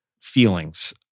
feelings